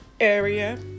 area